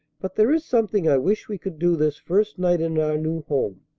but there is something i wish we could do this first night in our new home.